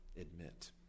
admit